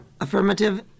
affirmative